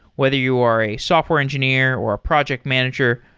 whether you are a software engineer, or a project manager,